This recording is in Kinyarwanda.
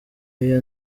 y’iyi